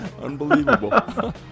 Unbelievable